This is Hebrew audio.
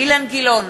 אילן גילאון,